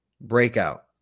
breakout